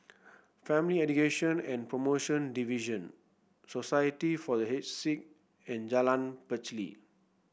Family Education and Promotion Division Society for The Aged Sick and Jalan Pacheli